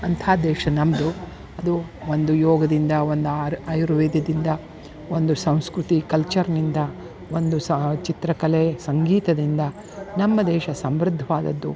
ಅಂಥಾ ದೇಶ ನಮ್ಮದು ಅದು ಒಂದು ಯೋಗದಿಂದ ಒಂದು ಆರ್ ಆಯುರ್ವೇದದಿಂದ ಒಂದು ಸಂಸ್ಕೃತಿ ಕಲ್ಚರಿನಿಂದ ಒಂದು ಚಿತ್ರಕಲೆ ಸಂಗೀತದಿಂದ ನಮ್ಮ ದೇಶ ಸಮೃದ್ಧವಾದದ್ದು